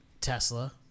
Tesla